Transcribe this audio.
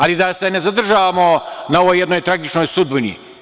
Ali, da se ne zadržavamo na ovoj jednoj tragičnoj sudbini.